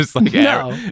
No